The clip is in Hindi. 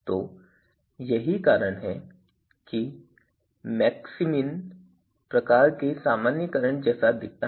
तो यही कारण है कि यह मैक्समिन प्रकार के सामान्यीकरण जैसा दिखता है